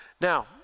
Now